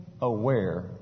aware